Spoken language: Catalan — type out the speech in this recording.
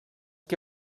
que